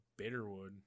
Bitterwood